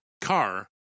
car